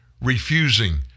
refusing